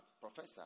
professor